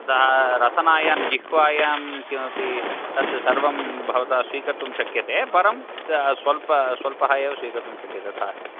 तदा रसनायं जिह्वायां किमपि तत् सर्वं भवता स्वीकर्तुं शक्यते परं स्वल्प स्वल्पः एव स्वीकर्तुं शक्यते यथा अस्ति